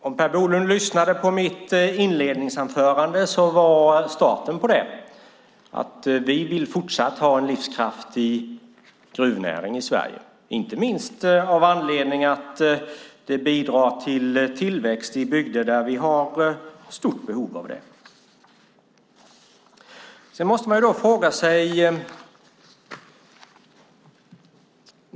Om Per Bolund lyssnade på början av mitt huvudanförande kunde han höra att vi fortsatt vill ha en livskraftig gruvnäring i Sverige, inte minst med anledning av att det bidrar till tillväxt i bygder där vi har stort behov av det.